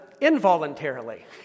involuntarily